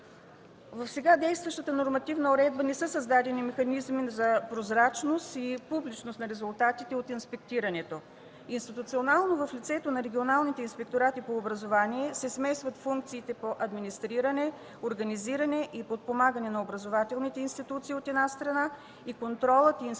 В сега действащата нормативна уредба не са създадени механизми за прозрачност и публичност на резултатите от инспектирането. Институционално, в лицето на регионалните инспекторати по образование, се смесват функциите по администриране, организиране и подпомагане на образователните институции, от една страна, и контролът, инспектирането